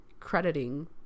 crediting